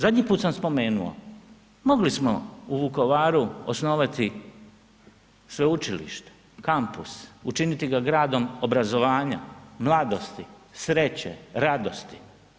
Zadnji put sam spomenuo, mogli smo u Vukovaru osnovati sveučilište, kampus, učiniti ga gradom obrazovanja, mladosti, sreće, radosti.